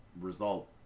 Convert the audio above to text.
result